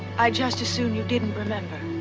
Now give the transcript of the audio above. i'd just assume you didn't remember.